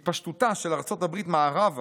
התפשטותה של ארצות הברית מערבה